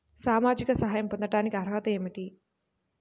సామాజిక సహాయం పొందటానికి అర్హత ఏమిటి?